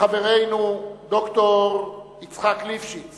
לחברנו ד"ר יצחק ליפשיץ